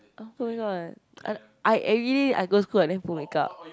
oh oh-my-god I I everyday I go school I never put makeup